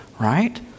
right